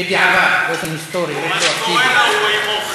בדיעבד, באופן היסטורי, רטרואקטיבי.